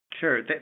Sure